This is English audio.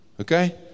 Okay